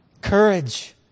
courage